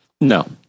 no